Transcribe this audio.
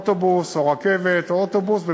אוטובוס ורכבת או אוטובוס,